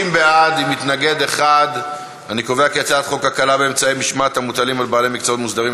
את הצעת חוק הקלה באמצעי משמעת המוטלים על בעלי מקצועות מוסדרים,